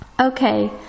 Okay